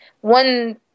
one